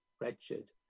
wretched